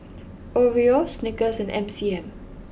Oreo Snickers and M C M